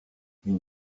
une